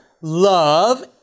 love